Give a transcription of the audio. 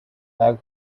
flag